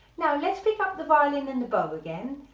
now let's pick up the violin and the bow again,